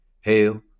hail